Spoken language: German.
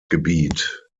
gebiet